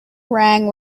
rang